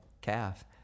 calf